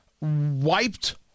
wiped